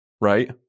Right